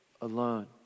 alone